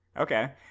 okay